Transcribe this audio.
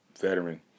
veteran